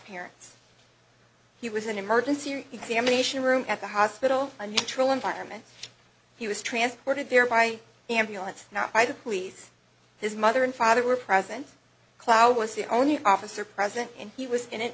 here he was an emergency examination room at the hospital a neutral environment he was transported there by ambulance now by the police his mother and father were present cloud was the only officer present and he was in